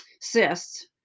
cysts